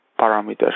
parameters